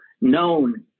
known